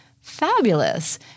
fabulous—